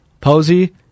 Posey